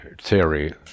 theory